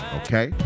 okay